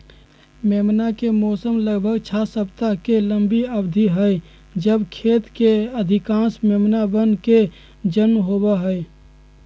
मेमना के मौसम लगभग छह सप्ताह के लंबी अवधि हई जब खेत के अधिकांश मेमनवन के जन्म होबा हई